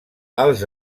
els